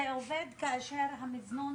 זה עובד כאשר המזנון